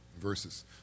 verses